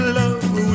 love